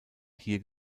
hier